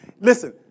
Listen